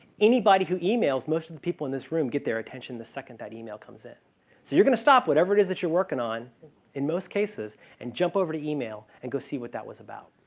anybody who emails, most of the people in this room get their attention the second that email comes in. so you're going to stop whatever it is that you're working on in most cases and jump over to email and go see what that was about.